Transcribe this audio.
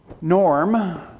norm